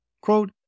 Quote